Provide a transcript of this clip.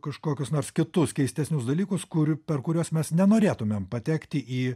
kažkokius nors kitus keistesnius dalykus kur per kuriuos mes nenorėtumėm patekti į